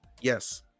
Yes